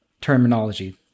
terminology